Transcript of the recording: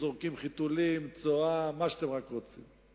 זורקים חיתולים, צואה, מה שרק אתם רוצים.